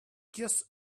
just